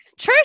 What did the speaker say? Trish